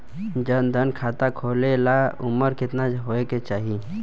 जन धन खाता खोले ला उमर केतना होए के चाही?